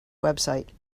website